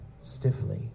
stiffly